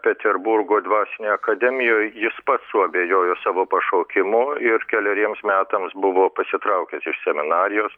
peterburgo dvasinėj akademijoj jis pats suabejojo savo pašaukimu ir keleriems metams buvo pasitraukęs iš seminarijos